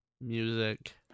Music